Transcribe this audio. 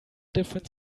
different